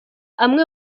amwe